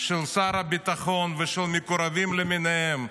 של שר הביטחון ושל מקורבים למיניהם,